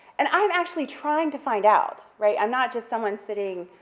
and i'm actually trying to find out, right, i'm not just someone sitting,